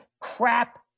crap